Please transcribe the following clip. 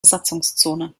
besatzungszone